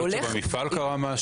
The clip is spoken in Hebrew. יכול להיות שבמפעל קרה משהו.